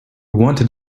wanted